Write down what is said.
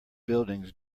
buildings